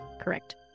Correct